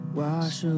wash